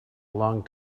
long